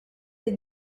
est